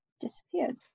disappeared